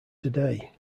today